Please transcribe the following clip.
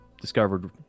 discovered